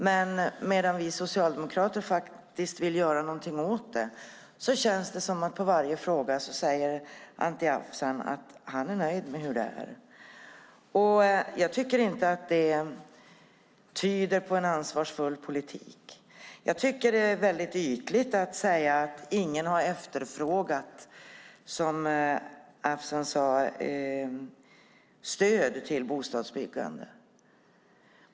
Men medan vi socialdemokrater vill göra någonting åt dem känns det som att på varje fråga säger Anti Avsan att han är nöjd med hur det är. Det tyder inte på en ansvarsfull politik. Det är väldigt ytligt att säga att ingen har efterfrågat, som Avsan sade, stöd till bostadsbyggande.